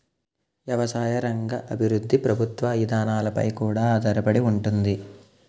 ఎవసాయ రంగ అభివృద్ధి ప్రభుత్వ ఇదానాలపై కూడా ఆధారపడి ఉంతాది